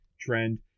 trend